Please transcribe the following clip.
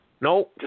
No